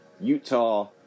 Utah